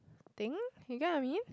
think you get what I mean